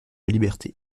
liberté